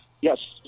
Yes